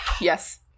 Yes